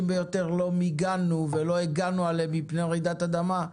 ביותר לא מיגנו ולא הגנו עליהם מפני רעידת אדמה,